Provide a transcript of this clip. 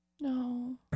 No